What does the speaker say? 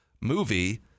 movie